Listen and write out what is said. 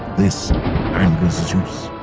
this angers zeus.